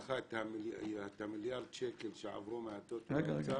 נזכיר לך את מיליארד השקלים שעברו מהטוטו לאוצר,